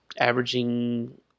averaging